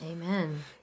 amen